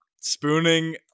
Spooning